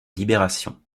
libération